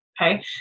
okay